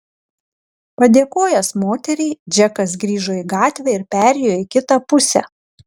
padėkojęs moteriai džekas grįžo į gatvę ir perėjo į kitą pusę